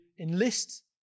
enlist